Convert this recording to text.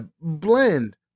blend